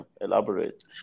Elaborate